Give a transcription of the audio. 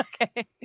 Okay